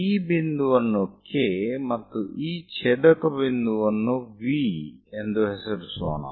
ಈ ಬಿಂದುವನ್ನು K ಮತ್ತು ಈ ಛೇದಕ ಬಿಂದುವನ್ನು V ಎಂದು ಹೆಸರಿಸೋಣ